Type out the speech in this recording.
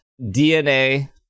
DNA